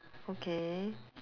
okay